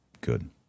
Good